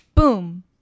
boom